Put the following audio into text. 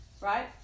Right